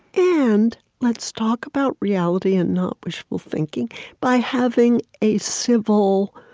and let's talk about reality and not wishful thinking by having a civil,